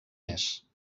més